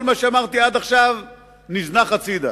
כל מה שאמרתי עד עכשיו נזנח הצדה.